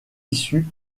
issus